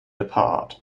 apart